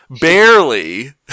Barely